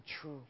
true